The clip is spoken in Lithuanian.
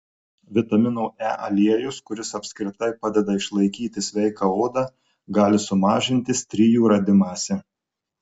vitamino e aliejus kuris apskritai padeda išlaikyti sveiką odą gali sumažinti strijų radimąsi